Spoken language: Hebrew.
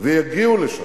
ויגיעו לשם,